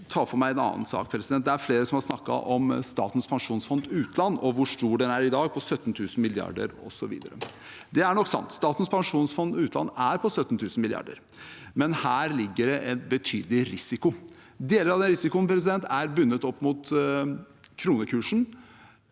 ta for meg en annen sak. Det er flere som har snakket om Statens pensjonsfond utland og hvor stort det er i dag – 17 000 mrd. kr. Det er nok sant. Statens pensjonsfond utland er på 17 000 mrd. kr, men her ligger det en betydelig risiko. Deler av den risikoen er bundet opp mot kronekursen.